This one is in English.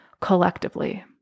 collectively